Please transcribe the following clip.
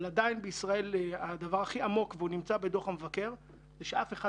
אבל עדיין הדבר הכי עמוק בישראל זה שאף אחד